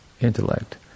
intellect